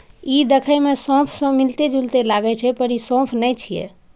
ई देखै मे सौंफ सं मिलैत जुलैत लागै छै, पर ई सौंफ नै छियै